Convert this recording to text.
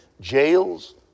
jails